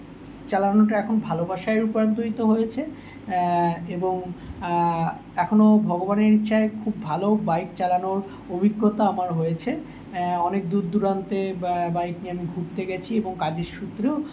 চালানোটা এখন ভালোবাসায় রূপান্তরিত হয়েছে এবং এখনোও ভগবানের ইচ্ছায় খুব ভালো বাইক চালানোর অভিজ্ঞতা আমার হয়েছে অনেক দূর দুরান্তে বা বাইক নিয়ে আমি ঘুরতে গেছি এবং কাজের সূত্রেও